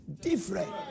different